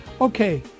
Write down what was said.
Okay